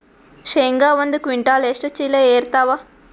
ಶೇಂಗಾ ಒಂದ ಕ್ವಿಂಟಾಲ್ ಎಷ್ಟ ಚೀಲ ಎರತ್ತಾವಾ?